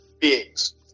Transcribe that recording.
beings